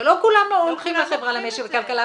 אבל לא כולם הולכים למשק וכלכלה,